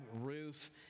Ruth